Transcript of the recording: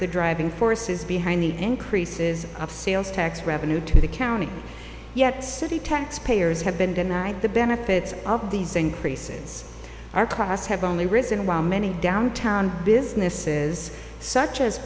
the driving forces behind the increases of sales tax revenue to the county yet city taxpayers have been denied the benefits of these increases our costs have only risen while many downtown businesses such as